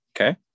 Okay